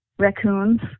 raccoons